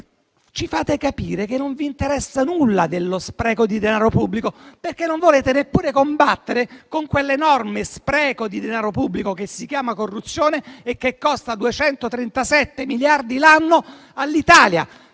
Ci fate capire che non vi interessa nulla dello spreco di denaro pubblico, perché non volete neppure combattere con quell'enorme spreco di denaro pubblico che si chiama corruzione, che costa 237 miliardi l'anno all'Italia.